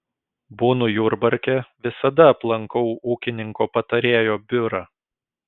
būnu jurbarke visada aplankau ūkininko patarėjo biurą